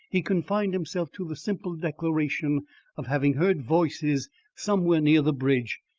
he confined himself to the simple declaration of having heard voices somewhere near the bridge,